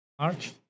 March